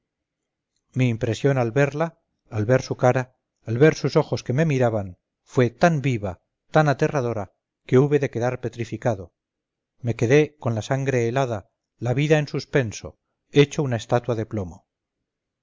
mi impresión al verla al ver su cara al ver sus ojos que me miraban fue tan viva tan aterradora que hube de quedar petrificado me quedé con la sangre helada la vida en suspenso hecho una estatua de plomo